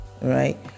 right